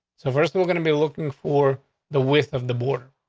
so first, we're gonna be looking for the width of the border.